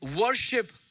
worship